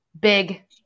big